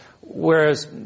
whereas